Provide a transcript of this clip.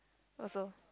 also